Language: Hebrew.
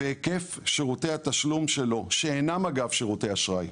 והקיף שירותי התשלום שלו, שאינם אגב שירותי אשראי,